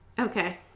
Okay